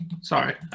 sorry